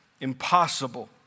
impossible